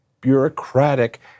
bureaucratic